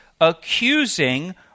accusing